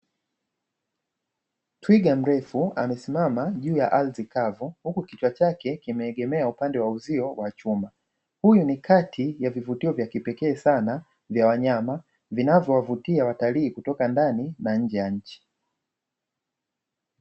Twiga mrefu amesimama juu ya ardhi kavu, huku kichwa chake kimeegemea upande wa uzio wa chuma. Huyu ni kati ya vivutio vya kipekee sana vya wanyama, vinavyowavutia watalii kutoka ndani na nje ya nchi.